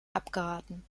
abgeraten